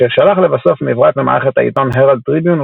אשר שלח לבסוף מברק למערכת העיתון הראלד טריביון